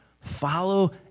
follow